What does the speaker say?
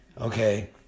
Okay